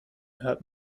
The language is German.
hört